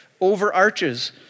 overarches